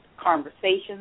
conversations